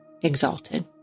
exalted